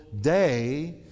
day